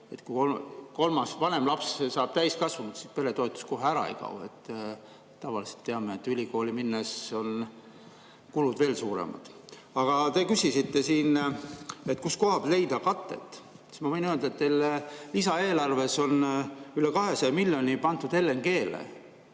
kui kolmas, vanem laps saab täiskasvanuks, siis peretoetus kohe ära ei kao. Tavaliselt, nagu me teame, on ülikooli minnes kulud veel suuremad. Aga te küsisite siin, kust leida katet. Ma võin öelda, et teil on lisaeelarves üle 200 miljoni pandud LNG-le,